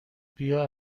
بیا